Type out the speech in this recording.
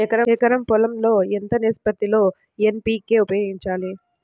ఎకరం పొలం లో ఎంత నిష్పత్తి లో ఎన్.పీ.కే ఉపయోగించాలి?